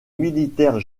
militaires